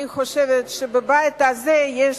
אני חושבת שבבית הזה יש